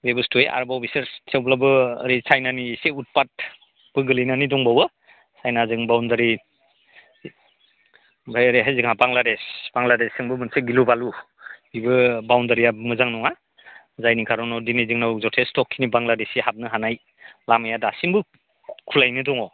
बेबस्थायै आरोबाव बिसोर थेवब्लाबो ओरै चाइनानि उटपाटबो गोलैनानै दंबावो चाइनाजों बाउण्डारि ओमफ्राय ओरैहाय जोंना बांग्लादेश बांग्लादेशजोंबो मोनसे गिलुबालु बेबो बाउण्डारिया मोजां नङा जायनि कारनाव दिनै जोंनाव जथेस्त'खिनि बांग्लादेशि हाबनो हानाय लामाया दासिमबो खुलायैनो दङ